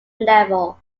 level